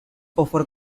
offered